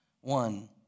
one